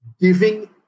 giving